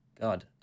god